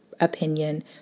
opinion